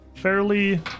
fairly